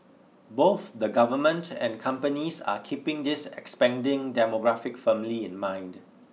both the government and companies are keeping this expanding demographic firmly in mind